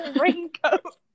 raincoat